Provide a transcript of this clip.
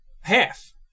Half